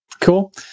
cool